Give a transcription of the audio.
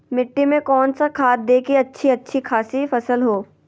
मिट्टी में कौन सा खाद दे की अच्छी अच्छी खासी फसल हो?